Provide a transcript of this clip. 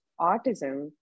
autism